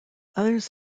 others